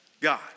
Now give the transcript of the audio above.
God